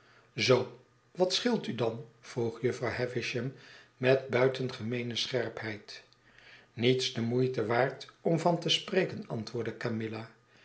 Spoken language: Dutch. zoo wat scheelt u dan vroeg jufvrouw havisham met buitengemeene scherpheid niets de moeite waard om van te spreken antwoordde camilla